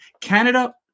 Canada